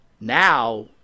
Now